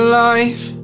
life